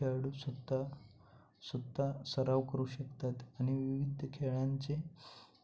खेळाडूसुद्धा सुद्धा सराव करू शकतात आणि विविध खेळांचे